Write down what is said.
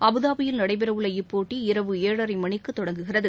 அபுதாபியில் நடைபெறஉள்ள இப்போட்டி இரவு ஏழரைமணிக்குத் தொடங்குகிறது